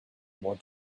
more